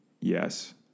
yes